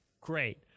Great